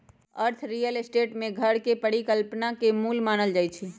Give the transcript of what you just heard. अर्थ real estate में घर के परिकल्पना के मूल मानल जाई छई